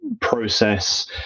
process